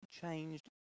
changed